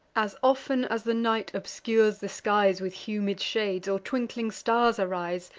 as often as the night obscures the skies with humid shades, or twinkling stars arise,